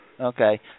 Okay